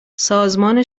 سازمان